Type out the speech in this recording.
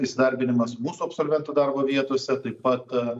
įsidarbinimas mūsų absolventų darbo vietose taip pat